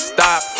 Stop